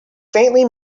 faintly